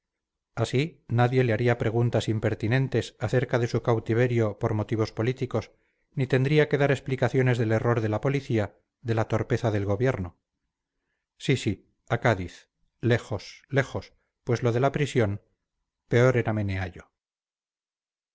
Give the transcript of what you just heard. así nadie le haría preguntas impertinentes acerca de su cautiverio por motivos políticos ni tendría que dar explicaciones del error de la policía de la torpeza del gobierno sí sí a cádiz lejos lejos pues lo de la prisión peor era meneallo